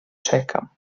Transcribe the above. czekam